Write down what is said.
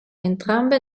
entrambe